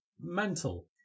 mental